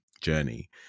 journey